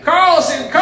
Carlson